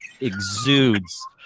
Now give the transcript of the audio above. exudes